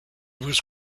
was